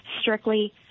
strictly